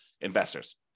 investors